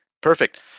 perfect